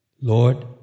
Lord